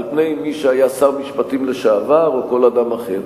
על פני מי שהיה שר משפטים לשעבר או כל אדם אחר.